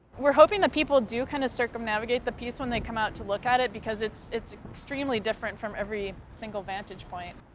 we're hoping that people do kind of circumnavigate the piece when they come out to look at it because it's it's extremely different from every single vantage point.